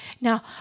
Now